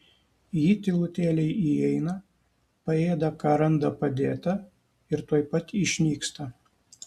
ji tylutėliai įeina paėda ką randa padėta ir tuoj pat išnyksta